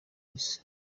isi